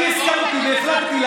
אז למה הם לא פורשים?